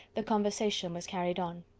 the conversation was carried on.